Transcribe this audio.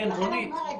לכן אני אומרת,